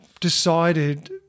decided